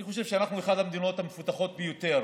אני חושב שאנחנו אחת המדינות המפותחות ביותר